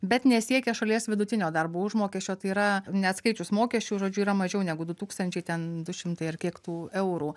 bet nesiekia šalies vidutinio darbo užmokesčio tai yra neatskaičius mokesčių žodžiu yra mažiau negu du tūkstančiai ten du šimtai ar kiek tų eurų